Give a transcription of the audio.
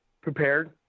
prepared